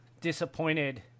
disappointed